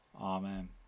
Amen